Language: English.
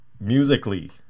musically